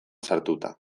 sartuta